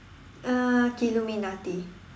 uh Illuminati